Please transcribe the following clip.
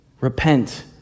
repent